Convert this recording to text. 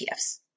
ETFs